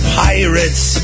pirates